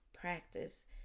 practice